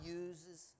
uses